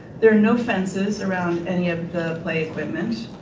there are no fences around any of the play equipment.